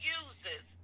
uses